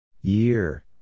Year